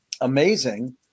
amazing